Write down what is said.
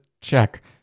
check